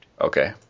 Okay